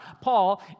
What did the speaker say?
Paul